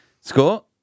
Score